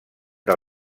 del